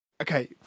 okay